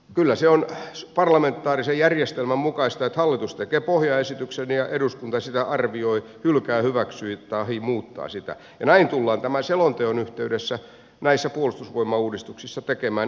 kyllä se on parlamentaarisen järjestelmän mukaista että hallitus tekee pohjaesityksen ja eduskunta sitä arvioi hylkää hyväksyy tahi muuttaa sitä ja näin tullaan tämän selonteon yhteydessä näissä puolustusvoimauudistuksissa tekemään eri muodoissa